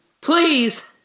please